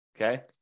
okay